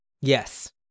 yes